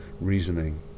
reasoning